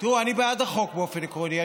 אני בעד החוק באופן עקרוני.